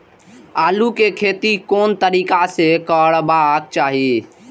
आलु के खेती कोन तरीका से करबाक चाही?